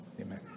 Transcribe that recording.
Amen